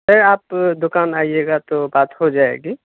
سر آپ دوکان آئیے گا تو بات ہو جائے گی